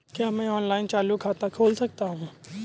क्या मैं ऑनलाइन चालू खाता खोल सकता हूँ?